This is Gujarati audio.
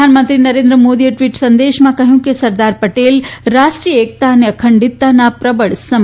પ્રધાનમંત્રી નરેન્દ્ર મોદીએ ટ્વીટ સંદેશમાં કહ્યું કે સરદાર પટેલ રાષ્ટ્રીય એકતા અને અખંડિતાના પ્રબળ સમર્થક હતા